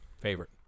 favorite